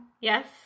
Yes